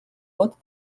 haute